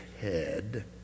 head